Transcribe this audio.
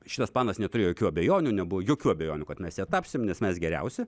šitas planas neturėjo jokių abejonių nebuvo jokių abejonių kad mes ja tapsim nes mes geriausi